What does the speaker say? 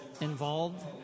involved